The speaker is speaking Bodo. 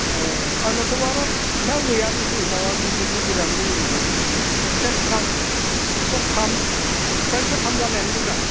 अ आंनावथ' आरो फिसा गैयानोसै दाउवा गिदिर गिदिरानो दंजोबो सेरथाम फ्राय सेरथाम जानायानो गोजा